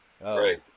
Right